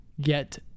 get